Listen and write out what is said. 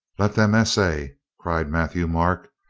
let them essay! cried matthieu-marc,